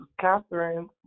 Catherine